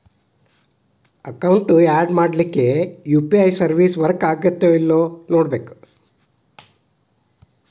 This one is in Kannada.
ಅಕೌಂಟ್ ಯಾಡ್ ಮಾಡ್ಲಿಕ್ಕೆ ಯು.ಪಿ.ಐ ಸರ್ವಿಸ್ ವರ್ಕ್ ಆಗತ್ತೇಲ್ಲೋ ನೋಡ್ಕೋಬೇಕ್